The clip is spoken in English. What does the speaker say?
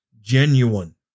genuine